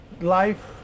life